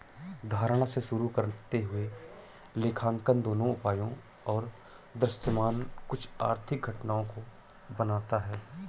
धारणा से शुरू करते हुए लेखांकन दोनों उपायों और दृश्यमान कुछ आर्थिक घटनाओं को बनाता है